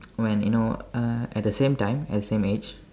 when you know uh at the same time at the same age